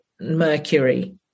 Mercury